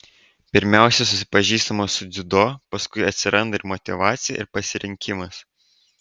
pirmiausia susipažįstama su dziudo paskui atsiranda ir motyvacija ir pasirinkimas